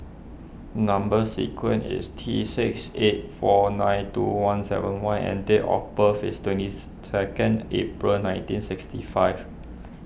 Number Sequence is T six eight four nine two one seven Y and date of birth is twentieth second April nineteen sixty five